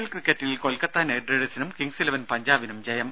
L ക്രിക്കറ്റിൽ Kolkata Knight റൈഡേഴ്സിനും Kings Eleven പഞ്ചാബിനും ജയം